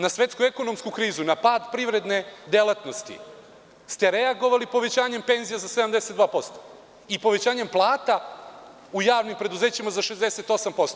Na svetsku ekonomsku krizu, na pad privredne delatnosti ste reagovali povećanjem penzija za 72% i povećanjem plata u javnim preduzećima za 68%